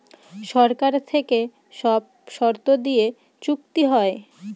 সরকার থেকে সব শর্ত দিয়ে চুক্তি হয়